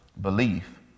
belief